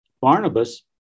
Barnabas